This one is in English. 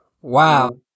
Wow